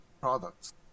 products